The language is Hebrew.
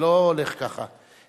זה לא הולך ככה.